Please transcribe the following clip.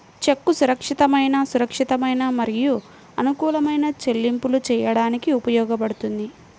చెక్కు సురక్షితమైన, సురక్షితమైన మరియు అనుకూలమైన చెల్లింపులు చేయడానికి ఉపయోగించబడుతుంది